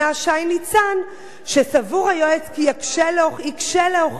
שסבור היועץ כי יקשה להוכיח שפסק ההלכה